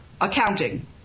accounting